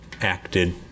acted